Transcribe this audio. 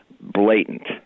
blatant